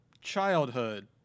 childhood